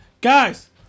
Guys